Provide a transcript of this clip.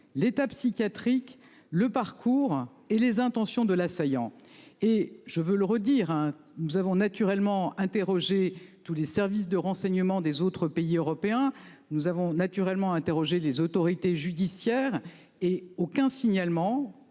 l'état psychiatrique le parcours et les intentions de l'assaillant et je veux le redire hein. Nous avons naturellement interroger tous les services de renseignement des autres pays européens. Nous avons naturellement interroger les autorités judiciaires et aucun signalement.